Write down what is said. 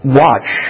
watch